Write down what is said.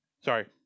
sorry